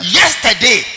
yesterday